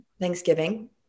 Thanksgiving